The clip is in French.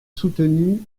soutenu